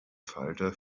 falter